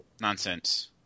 Nonsense